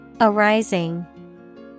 Arising